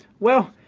well,